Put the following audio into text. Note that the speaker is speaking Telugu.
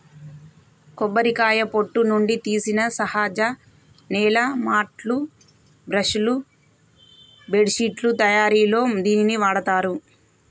కొబ్బరికాయ పొట్టు నుండి తీసిన సహజ నేల మాట్లు, బ్రష్ లు, బెడ్శిట్లు తయారిలో దీనిని వాడతారు